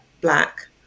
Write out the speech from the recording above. black